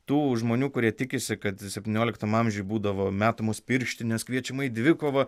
tų žmonių kurie tikisi kad septynioliktam amžiuj būdavo metamos pirštinės kviečiama į dvikovą